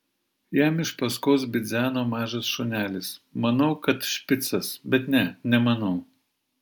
jam iš paskos bidzeno mažas šunelis manau kad špicas bet ne nemanau